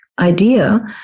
idea